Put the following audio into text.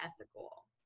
ethical